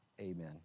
Amen